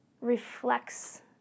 reflects